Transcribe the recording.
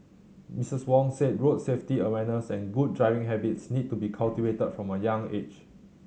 Missus Wong said road safety awareness and good driving habits need to be cultivated from a young age